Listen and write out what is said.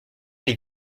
les